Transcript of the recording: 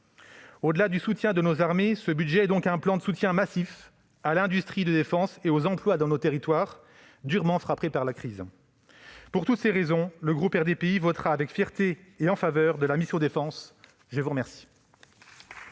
Au-delà du soutien de nos armées, ce budget est donc un plan de soutien massif à l'industrie de défense et aux emplois dans nos territoires, durement frappés par la crise. Pour toutes ces raisons, le groupe RDPI votera avec fierté en faveur de la mission « Défense ». La parole